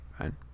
Fine